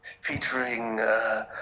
featuring